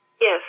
Yes